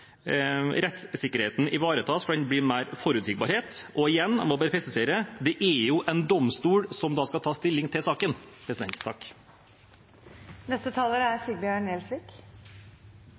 rettssikkerheten ivaretas, da det blir mer forutsigbarhet. Igjen vil jeg presisere: Det er domstolene som skal ta stilling til